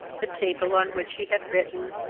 the table on which he had written,